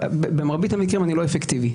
במרבית המקרים אני לא אפקטיבי.